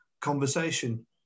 conversation